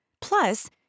plus